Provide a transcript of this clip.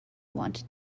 wanted